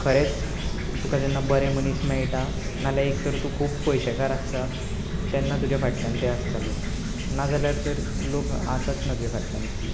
खरेंच तुका जेन्ना बरे मनीस मेळटा ना जाल्यार एक तर तूं खूब पयशेकार आसता तेन्ना तुजे फाटल्यान ते आसता लोक ना जाल्यार तर लोक आसच ना तुजे फाटल्यान इतले